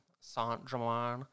Saint-Germain